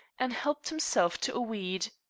and helped himself to a weed.